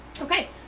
Okay